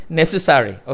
necessary